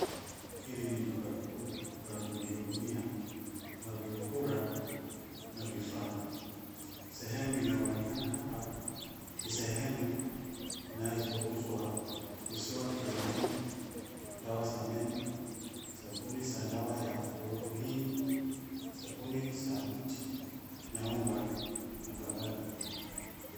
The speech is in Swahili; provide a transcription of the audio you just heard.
Hili ni duka kuu la kujihudumia la vyakula na vifaa. Sehemu inayoonekana hapa ni sehemu inazouzwa miswaki ya meno, dawa za meno , sabuni za dawa ya kuua viini , sabuni za mti na unga na kadhalika.